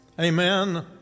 Amen